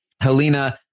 helena